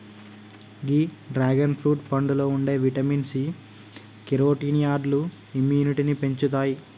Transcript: గీ dragon fruit పండులో ఉండే vitamin C, కెరోటినాయిడ్లు ఇమ్యునిటీని పెంచుతాయి